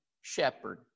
shepherd